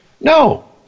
No